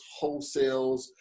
wholesales